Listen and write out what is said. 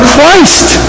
Christ